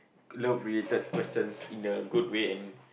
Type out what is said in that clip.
love related questions in the good way and